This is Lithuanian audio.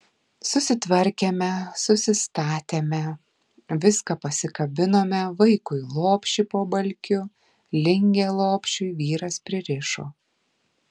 susitvarkėme susistatėme viską pasikabinome vaikui lopšį po balkiu lingę lopšiui vyras pririšo